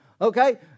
okay